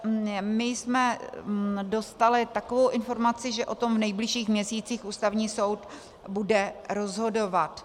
My jsme dostali takovou informaci, že o tom v nejbližších měsících Ústavní soud bude rozhodovat.